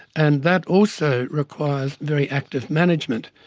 and that also requires very active management.